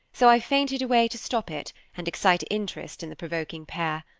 so i fainted away to stop it, and excite interest in the provoking pair.